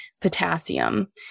potassium